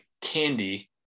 candy